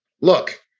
look